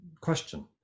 question